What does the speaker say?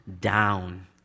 down